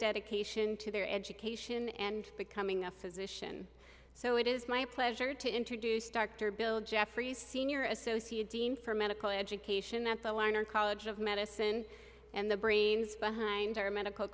dedication to their education and becoming a physician so it is my pleasure to introduce dr bill jeffries senior associate dean for medical education at the lerner college of medicine and the brains behind our medical